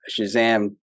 Shazam